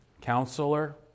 Counselor